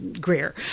Greer